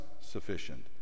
sufficient